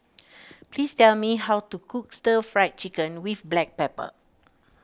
please tell me how to cook Stir Fried Chicken with Black Pepper